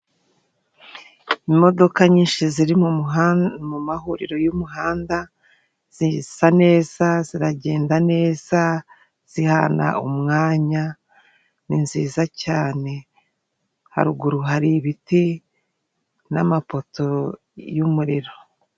Imodoka nyinshi ziri mu muha mu mahuriro y'umuhanda zisa neza ziragenda neza zihana umwanya, ni nziza cyane haruguru hari ibiti n'amapoto y'umuriro.